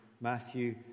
Matthew